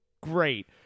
great